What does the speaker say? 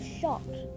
shocked